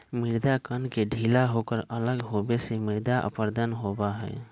मृदा कण के ढीला होकर अलग होवे से मृदा अपरदन होबा हई